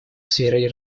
сфере